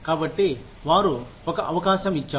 కాబట్టి వారు ఒక అవకాశం ఇచ్చారు